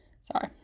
Sorry